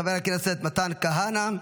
חבר הכנסת מתן כהנא,